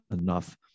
enough